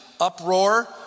uproar